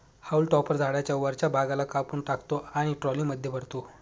haulm topper झाडाच्या वरच्या भागाला कापून टाकतो आणि ट्रॉलीमध्ये भरतो